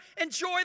enjoy